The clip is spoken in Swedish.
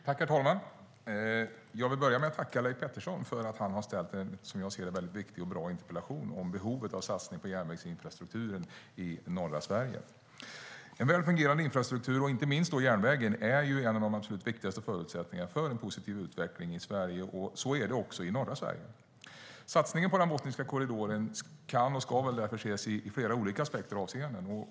Herr talman! Jag vill börja med att tacka Leif Pettersson för att han har ställt en, som jag ser det, väldigt viktig interpellation om behovet av satsning på järnvägsinfrastrukturen i norra Sverige. En väl fungerande infrastruktur, inte minst järnvägen, är en av de absolut viktigaste förutsättningarna för en positiv utveckling i Sverige, också i norra Sverige. Satsningen på Botniska korridoren kan och ska därför ses i flera olika aspekter och avseenden.